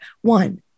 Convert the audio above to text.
One